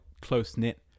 close-knit